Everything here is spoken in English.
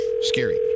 Scary